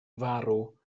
farw